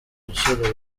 biciro